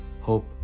hope